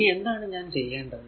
ഇനി എന്താണ് ഞാൻ ചെയ്യേണ്ടത്